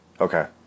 Okay